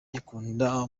kikunda